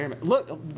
Look